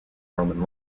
roman